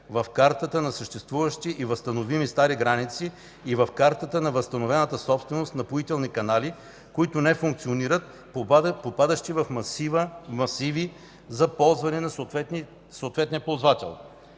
в картата на съществуващи и възстановими стари граници и в картата на възстановената собственост напоителни канали, които не функционират, попадащи в масиви за ползване на съответния ползвател”.